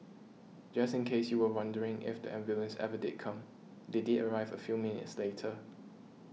just in case you were wondering if the ambulance ever did come they did arrive a few minutes later